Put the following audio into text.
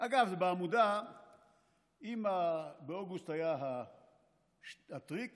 אגב, אם באוגוסט היה הטריק